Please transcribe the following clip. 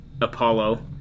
Apollo